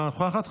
אינה נוכחת,